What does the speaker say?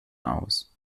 aus